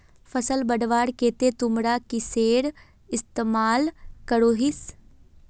फसल बढ़वार केते तुमरा किसेर इस्तेमाल करोहिस?